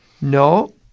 No